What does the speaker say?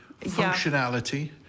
functionality